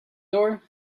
door